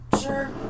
Sure